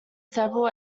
several